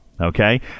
Okay